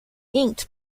inked